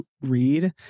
read